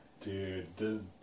Dude